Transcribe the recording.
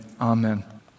Amen